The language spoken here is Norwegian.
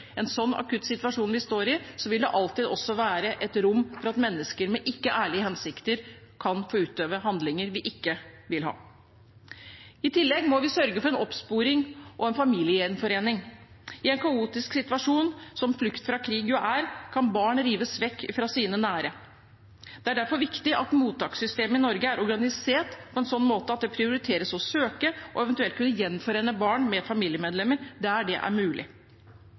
vi står i, også alltid være et rom for at mennesker med uærlige hensikter kan utøve handlinger vi ikke vil ha. I tillegg må vi sørge for oppsporing og familiegjenforening. I en kaotisk situasjon, som flukt fra krig jo er, kan barn rives vekk fra sine nære. Det er derfor viktig at mottakssystemet i Norge er organisert på en slik måte at det prioriteres å søke og eventuelt kunne gjenforene barn med familiemedlemmer der det er mulig.